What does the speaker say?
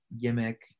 gimmick